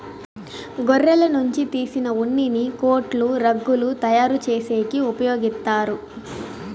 గొర్రెల నుంచి తీసిన ఉన్నిని కోట్లు, రగ్గులు తయారు చేసేకి ఉపయోగిత్తారు